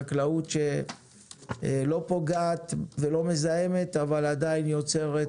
חקלאות שלא פוגעת ולא מזהמת אבל עדיין יוצרת